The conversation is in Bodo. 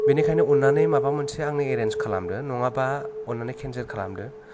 बिनिखायनो अन्नानै माबा मोनसे आंनो एरेन्ज खालामदो नङाबा अन्नानै केनसेल खालामदो